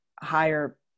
higher